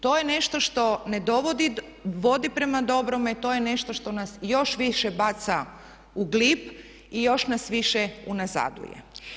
To je nešto što ne vodi prema dobrome i to je nešto što nas još više baca u glib i još nas više unazaduje.